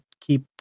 keep